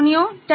যত্ন নিও